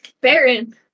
Baron